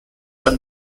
are